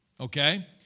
Okay